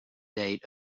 date